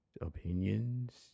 opinions